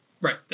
right